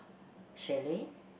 chalet